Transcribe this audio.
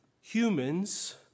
humans